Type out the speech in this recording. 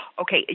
Okay